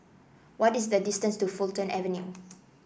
what is the distance to Fulton Avenue